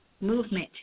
movement